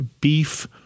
beef